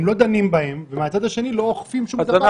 הם לא דנים בהם, ומהצד השני לא אוכפים שום דבר.